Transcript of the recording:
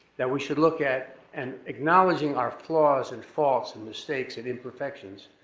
that we should look at. and acknowledging our flaws and faults and mistakes and imperfections,